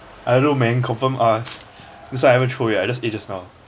I don't know man confirm uh this one I haven't throw yet I just ate just now